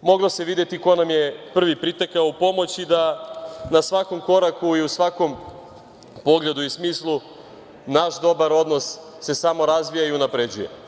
moglo se videti ko nam je prvi pritekao u pomoć i da na svakom koraku i u svakom pogledu i smislu naš dobar odnos se samo razvija i unapređuje.